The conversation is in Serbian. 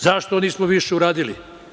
Zašto nismo više uradili?